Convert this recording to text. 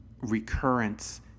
recurrence